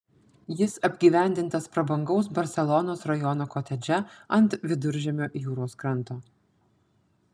jis apgyvendintas prabangaus barselonos rajono kotedže ant viduržiemio jūros kranto